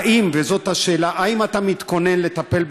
האם, וזאת השאלה, האם אתה מתכונן לטפל בנושא?